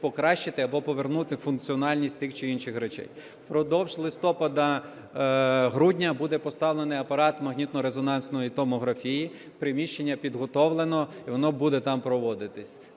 або повернути функціональність тих чи інших речей. Впродовж листопада-грудня буде поставлений апарат магнітно-резонансної томографії, приміщення підготовлено і воно буде там проводитися.